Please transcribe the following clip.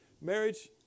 marriage